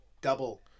double